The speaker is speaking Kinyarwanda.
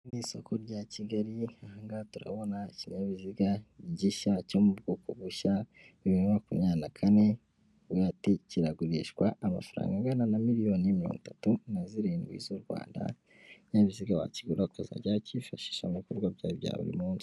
Iri ni isoko rya Kigali, aha ngaha turabona ikinyabiziga gishya cyo mu bwoko bushya bibiri na makumyabiri na kane, bakubwira ati kiragurishwa amafaranga angana na miliyoni mirongo itatu na zirindwi z'u Rwanda, ikinyabiziga wakigura ukazajya ukifashisha mu bikorwa byawe bya buri munsi.